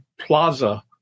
plaza